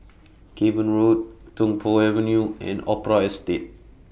Cavan Road Tung Po Avenue and Opera Estate